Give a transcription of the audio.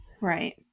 right